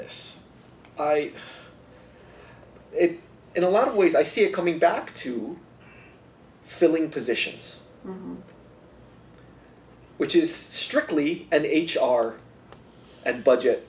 this it in a lot of ways i see it coming back to filling positions which is strictly an h r and budget